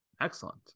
Excellent